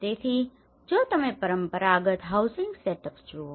તેથી જો તમે પરંપરાગત હાઉસિંગ સેટઅપ્સ જુઓ